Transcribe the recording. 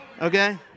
okay